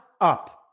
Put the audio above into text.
up